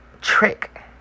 trick